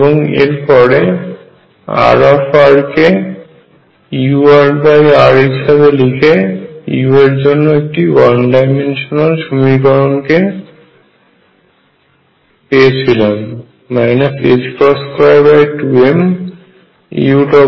এবং এর পরে R কে urr হিসাবে লিখে আমরা u এর জন্য একটি ওয়ান ডাইমেনশনাল সমীকরণকে পেয়েছিলাম 22mull122mr2uVruEu